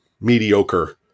mediocre